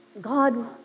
God